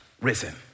risen